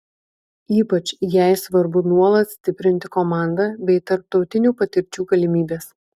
ypač jai svarbu nuolat stiprinti komandą bei tarptautinių patirčių galimybes